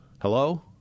Hello